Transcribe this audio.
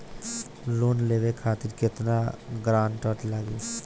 Loan लेवे खातिर केतना ग्रानटर लागी?